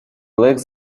like